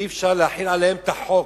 אי-אפשר להחיל עליהם את החוק,